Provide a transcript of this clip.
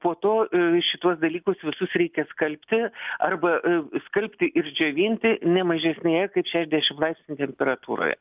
po to šituos dalykus visus reikia skalbti arba skalbti ir džiovinti ne mažesnėje kaip šešiasdešimt laipsnių temperatūroje